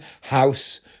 House